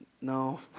No